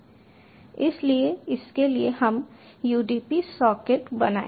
इसलिए इसके लिए हम udp सॉकेट बनाएंगे